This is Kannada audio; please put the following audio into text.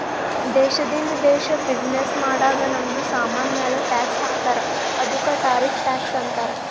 ದೇಶದಿಂದ ದೇಶ್ ಬಿಸಿನ್ನೆಸ್ ಮಾಡಾಗ್ ನಮ್ದು ಸಾಮಾನ್ ಮ್ಯಾಲ ಟ್ಯಾಕ್ಸ್ ಹಾಕ್ತಾರ್ ಅದ್ದುಕ ಟಾರಿಫ್ ಟ್ಯಾಕ್ಸ್ ಅಂತಾರ್